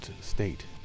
state